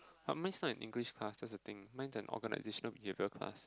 but mine is not an English class that's the thing mine is an organisational behaviour class